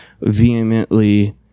vehemently